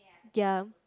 ya